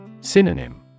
Synonym